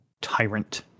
tyrant